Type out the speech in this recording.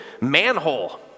manhole